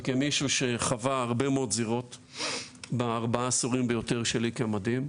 וכמי שחווה הרבה מאוד זירות בארבע העשורים ויותר שלי במדים,